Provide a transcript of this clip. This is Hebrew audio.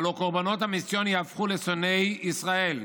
הלוא קורבנות המיסיון ייהפכו לשונאי ישראל.